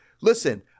listen